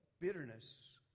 Bitterness